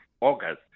August